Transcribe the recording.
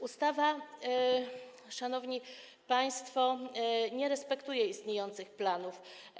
Ustawa, szanowni państwo, nie respektuje istniejących planów.